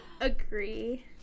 agree